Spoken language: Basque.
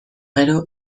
gero